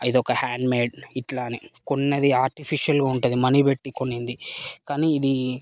ఇదొక హ్యాండ్మేడ్ ఇలా అని కొన్నది ఆర్టిఫిషియల్గా ఉంటుంది మనీ పెట్టి కొన్నది కానీ ఇది